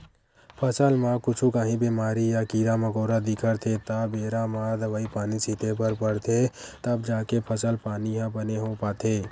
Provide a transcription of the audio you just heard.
फसल म कुछु काही बेमारी या कीरा मकोरा दिखत हे त बेरा म दवई पानी छिते बर परथे तब जाके फसल पानी ह बने हो पाथे